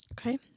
Okay